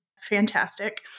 fantastic